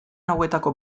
hauetako